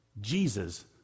Jesus